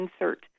insert